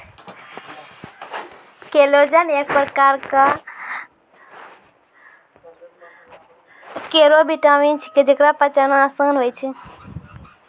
collagen एक परकार केरो विटामिन छिकै, जेकरा पचाना आसान होय छै